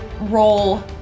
roll